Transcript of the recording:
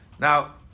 now